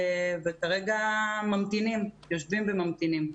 וכרגע יושבים וממתינים.